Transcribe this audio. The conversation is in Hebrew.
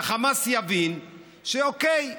שהחמאס יבין שאוקיי,